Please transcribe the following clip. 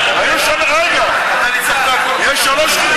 חקירה פרלמנטרית בנושא התנהלות המשטרה